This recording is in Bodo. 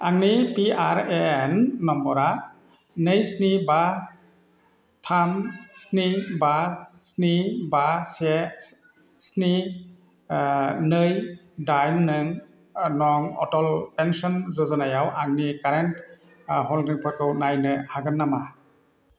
आंनि पिआरएएन नम्बरआ नै स्नि बा थाम स्नि बा स्नि बा से स्नि नै दाइन नं अटल पेन्सन य'जना याव आंनि कारेन्ट हल्डिंफोरखौ नायनो हागोन नामा